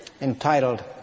entitled